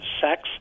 sex